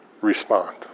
respond